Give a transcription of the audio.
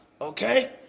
Okay